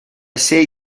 сей